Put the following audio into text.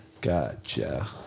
Gotcha